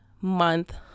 month